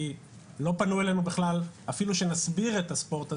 כי לא פנו אלינו בכלל אפילו שנסביר את הספורט הזה,